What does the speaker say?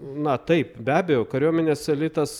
na taip be abejo kariuomenės elitas